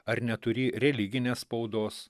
ar neturį religinės spaudos